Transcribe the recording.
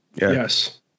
Yes